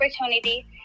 opportunity